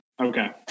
Okay